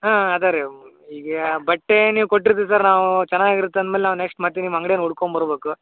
ಹಾಂ ಅದೇ ರೀ ಈಗ ಬಟ್ಟೆ ನೀವು ಕೊಟ್ಟಿರ್ತೀರ ಸರ್ ನಾವು ಚೆನ್ನಾಗಿರತ್ತೆ ಅಂದ್ಮೇಲೆ ನಾವು ನೆಕ್ಸ್ಟ್ ಮತ್ತೆ ನಿಮ್ಮ ಅಂಗ್ಡಿಯನ್ನು ಹುಡ್ಕೊಂಬರ್ಬಕು